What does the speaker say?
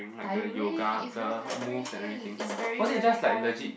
tiring is very tiring is very very tiring